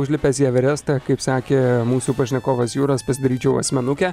užlipęs į everestą kaip sakė mūsų pašnekovas juras pasidaryčiau asmenukę